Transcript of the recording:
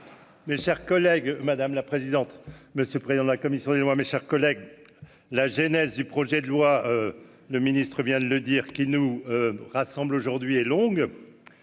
Mes chers collègues, madame la présidente, monsieur le président de la commission des lois, mes chers collègues, la genèse du projet de loi, le ministre vient de le dire, qui nous rassemble aujourd'hui est longue,